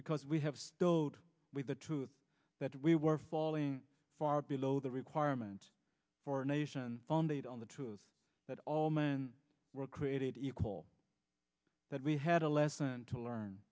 because we have stowed with the truth that we were falling far below the requirement for a nation founded on the truth that all men were created equal that we had a lesson to learn